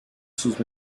sus